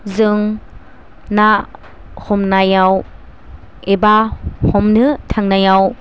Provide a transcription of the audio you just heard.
जों ना हमनायाव एबा हमनो थांनायाव